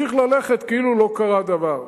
וממשיך ללכת כאילו לא קרה דבר.